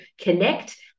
connect